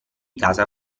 casa